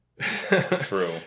true